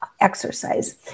Exercise